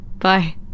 bye